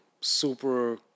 super